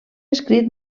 escrit